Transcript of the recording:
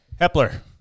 Hepler